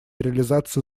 реализацию